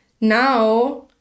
now